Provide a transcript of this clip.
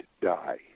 die